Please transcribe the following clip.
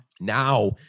Now